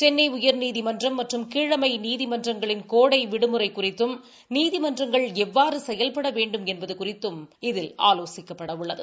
செனனை உயர்நீதிமன்றம் மற்றும் கீழமை நீதிமன்றங்களின் கோடை விடுமுறை குறித்தும் நீதிமன்றங்கள் எவ்வாறு செயல்பட வேண்டும் என்பது குறித்தும் ஆலோசிக்கப்படவுள்ளது